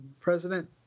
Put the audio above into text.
president